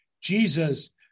Jesus